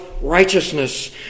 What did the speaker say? righteousness